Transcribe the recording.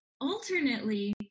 Alternately